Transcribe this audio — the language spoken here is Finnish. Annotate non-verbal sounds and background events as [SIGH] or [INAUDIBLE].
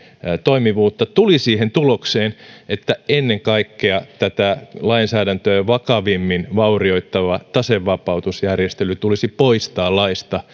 toimivuutta ja tuli siihen tulokseen että ennen kaikkea tätä lainsäädäntöä vakavimmin vaurioittava tasevapautusjärjestely tulisi poistaa laista [UNINTELLIGIBLE]